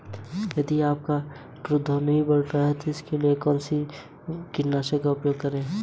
यदि मैं स्वास्थ्य बीमा का चयन करता हूँ तो मुझे कौन से कर लाभ मिलेंगे?